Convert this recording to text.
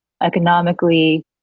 economically